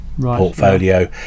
portfolio